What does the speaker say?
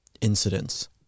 incidents